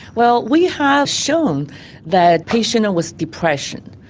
well, we have shown that patients with depression,